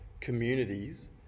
communities